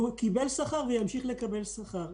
הסגל הבכיר והזוטר קיבל שכר וימשיך לקבל שכר.